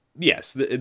yes